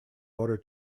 order